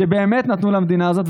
שבאמת נתנו למדינה הזאת,